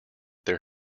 there